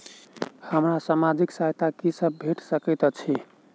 हमरा सामाजिक सहायता की सब भेट सकैत अछि?